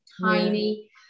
tiny